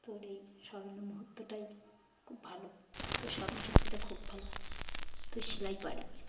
তোর এই স্বর্ণ মুহূর্তটাই খুব ভালো তোর স্বরণশক্তিটা খুব ভালো তুই সেলাই পারবি